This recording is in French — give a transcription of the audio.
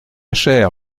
chère